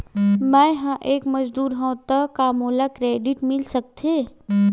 मैं ह एक मजदूर हंव त का मोला क्रेडिट मिल सकथे?